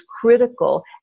critical